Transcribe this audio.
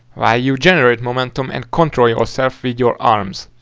while you generate momentum and control yourself with your arms.